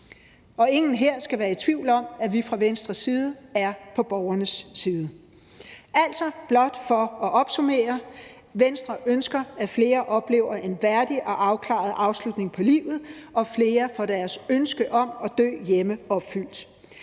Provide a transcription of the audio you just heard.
og ingen her skal være i tvivl om, at vi fra Venstres side er på borgernes side. Altså, blot for at opsummere: Venstre ønsker, at flere oplever en værdig og afklaret afslutning på livet, og at flere får deres ønske om at dø hjemme opfyldt,